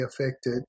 affected